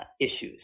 issues